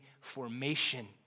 formation